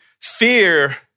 fear